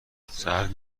سرد